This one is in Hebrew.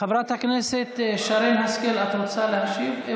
חברת הכנסת שרן השכל, את רוצה להשיב?